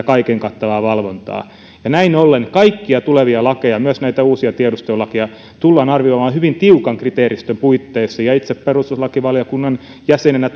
kaiken kattavaa valvontaa näin ollen kaikkia tulevia lakeja myös näitä uusia tiedustelulakeja tullaan arvioimaan hyvin tiukan kriteeristön puitteissa ja itse perustuslakivaliokunnan jäsenenä